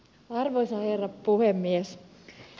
arvoisa herra puhemies